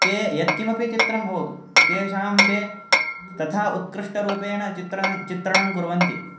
ते यत्किमपि चित्रं भवतु तेषां ते तथा उत्कृष्टरूपेण चित्रणं चित्रणं कुर्वन्ति